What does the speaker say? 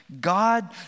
God